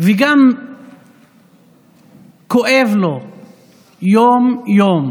וגם כאבו לו יום-יום